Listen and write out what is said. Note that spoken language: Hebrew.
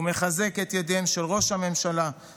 ולחזק את ידיהם של ראש הממשלה,